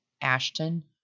Ashton